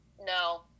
No